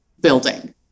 building